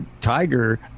Tiger